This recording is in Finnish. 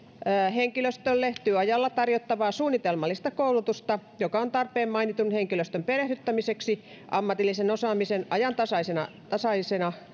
henkilöstölle työajalla tarjottavaa suunnitelmallista koulutusta joka on tarpeen mainitun henkilöstön perehdyttämiseksi ammatillisen osaamisen ajantasaisena ajantasaisena